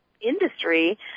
industry